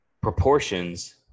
proportions